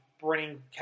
bring